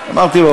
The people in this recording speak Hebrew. אמרתי לו,